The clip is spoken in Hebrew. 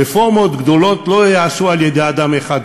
רפורמות גדולות לא ייעשו על-ידי אדם אחד,